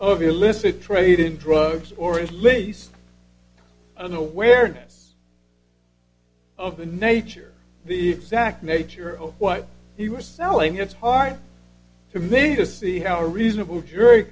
of the illicit trade in drugs or at least an awareness of the nature the exact nature of what he was selling it's hard for me to see how a reasonable jury